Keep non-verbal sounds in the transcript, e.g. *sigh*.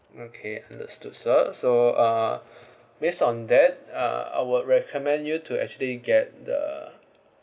okay understood sir so uh *breath* base on that uh I will recommend you to actually get the